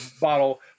bottle